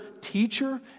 teacher